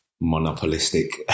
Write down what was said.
monopolistic